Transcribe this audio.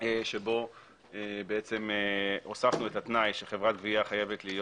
בו בעצם הוספנו את התנאי שחברת גבייה חייבת להיות